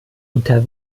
unter